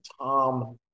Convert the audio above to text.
Tom